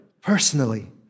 personally